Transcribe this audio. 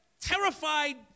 terrified